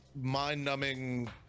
mind-numbing